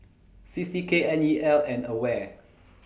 C C K N E L and AWARE